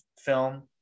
film